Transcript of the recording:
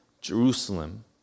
Jerusalem